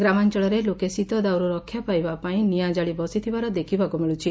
ଗ୍ରାମାଅଳରେ ଲୋକେ ଶୀତ ଦାଉରୁ ରକ୍ଷା ପାଇବା ପାଇଁ ନିଆଁ କାଳି ବସିଥିବାର ଦେଖିବାକୁ ମିଳୁଛି